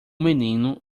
menino